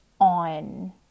on